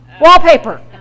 wallpaper